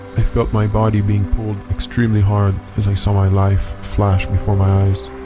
i felt my body being pulled extremely hard as i saw my life flash before my eyes.